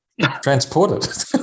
transported